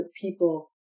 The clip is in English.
people